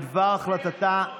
בדבר החלטתה,